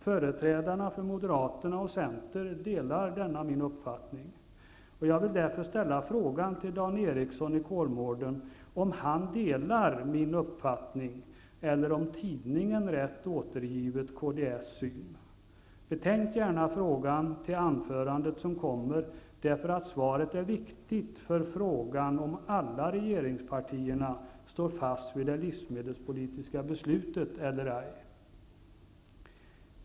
Företrädarna för Moderaterna och Centern delar denna min uppfattning. Kolmården om han delar min uppfattning eller om tidningen rätt återgivet Kds syn. Betänk gärna frågan, därför att svaret är viktigt för frågan om alla regeringspartierna står fast vid det livsmedelspolitiska beslutet eller ej.